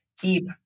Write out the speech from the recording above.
deep